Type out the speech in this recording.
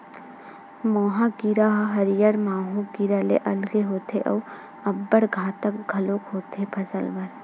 मोहा कीरा ह हरियर माहो कीरा ले अलगे होथे अउ अब्बड़ घातक घलोक होथे फसल बर